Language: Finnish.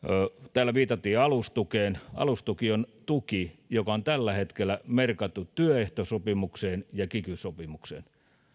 täällä viitattiin alustukeen alustuki on tuki joka on tällä hetkellä merkattu työehtosopimukseen ja kiky sopimukseen